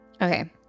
Okay